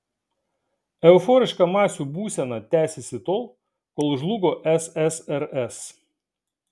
euforiška masių būsena tęsėsi tol kol žlugo ssrs